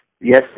yes